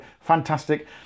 fantastic